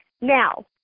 now